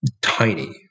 tiny